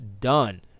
done